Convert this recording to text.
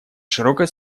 широкое